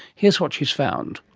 here's what she's found.